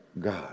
God